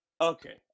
okay